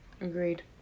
Agreed